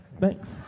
Thanks